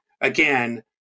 again